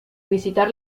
visitar